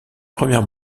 première